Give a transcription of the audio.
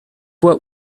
what